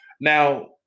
Now